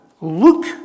look